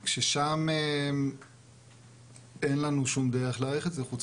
כששם אין לנו שום דרך להעריך את זה חוץ